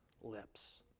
lips